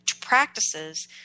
practices